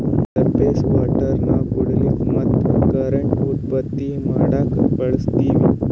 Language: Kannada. ಸರ್ಫೇಸ್ ವಾಟರ್ ನಾವ್ ಕುಡಿಲಿಕ್ಕ ಮತ್ತ್ ಕರೆಂಟ್ ಉತ್ಪತ್ತಿ ಮಾಡಕ್ಕಾ ಬಳಸ್ತೀವಿ